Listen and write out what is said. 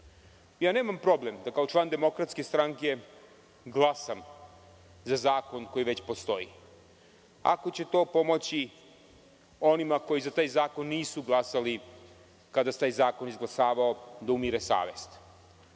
Nemam problem da, kao član DS, glasam za zakon koji već postoji, ako će to pomoći onima koji za taj zakon nisu glasali, kada se taj zakon izglasavao, da umire savest. Ako